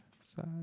Side